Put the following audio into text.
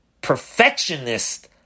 perfectionist